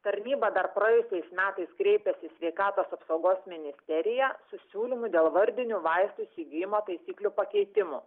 tarnyba dar praeitais metais kreipėsi į sveikatos apsaugos ministeriją su siūlymu dėl vardinių vaistų įsigijimo taisyklių pakeitimų